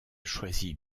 choisit